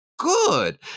good